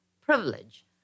privilege